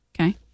Okay